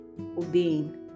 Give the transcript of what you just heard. obeying